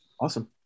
Awesome